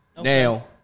Now